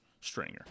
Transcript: stringer